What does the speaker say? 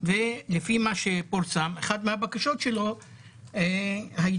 ולפי מה שפורסם אחד מהבקשות שלו הייתה